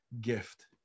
gift